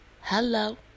Hello